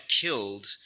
killed